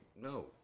no